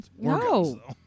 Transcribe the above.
No